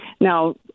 now